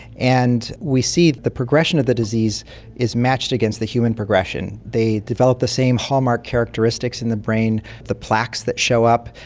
and we see that the progression of the disease is matched against the human progression. they develop the same hallmark characteristics in the brain, the plaques that show up,